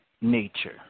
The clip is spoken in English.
nature